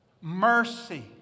mercy